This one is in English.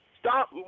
stop